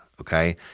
okay